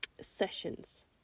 sessions